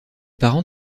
parents